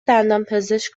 دندانپزشک